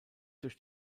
durch